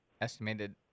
estimated